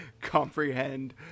comprehend